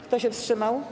Kto się wstrzymał?